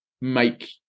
make